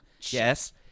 Yes